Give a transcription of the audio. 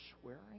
swearing